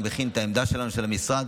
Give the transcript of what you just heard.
אני מכין את העמדה שלנו, של המשרד.